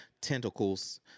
tentacles